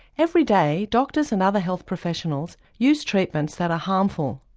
every day doctors and other health professionals use treatments that are harmful,